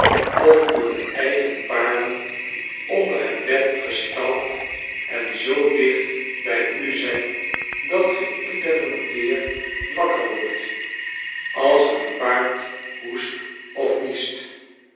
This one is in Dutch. of uwe eigen paarden onder het bed gestald en zoo dicht bij u zijn dat ge iederen keer wakker wordt als er een paard hoest of niest